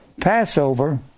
Passover